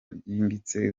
ryimbitse